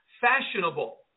fashionable